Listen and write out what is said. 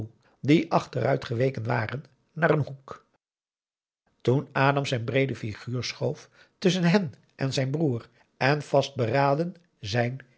die achteruit geweken waren naar een hoek toen adam zijn breede figuur schoof tusschen hen en zijn broer en vastberaden zijn